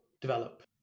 develop